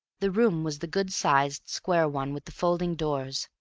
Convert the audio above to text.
the room was the good-sized, square one, with the folding doors,